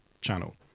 channel